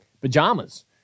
pajamas